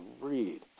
read